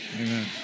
Amen